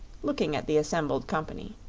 looking at the assembled company.